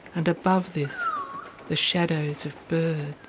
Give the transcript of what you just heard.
and above this the shadows of birds.